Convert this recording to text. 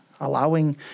Allowing